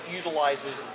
utilizes